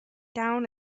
down